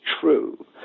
true